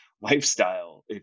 lifestyle